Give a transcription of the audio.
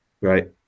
Right